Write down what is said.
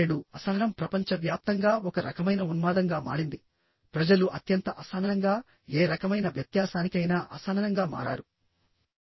నేడు అసహనం ప్రపంచవ్యాప్తంగా ఒక రకమైన ఉన్మాదంగా మారింది ప్రజలు అత్యంత అసహనంగా ఏ రకమైన వ్యత్యాసానికైనా అసహనంగా మారారు